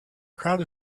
crowd